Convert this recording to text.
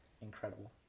incredible